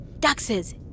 Taxes